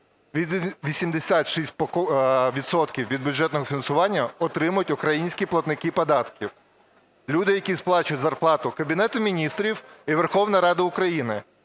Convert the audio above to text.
від бюджетного фінансування отримують українські платники податків. Люди, які сплачують зарплату Кабінету Міністрів і Верховній Раді України.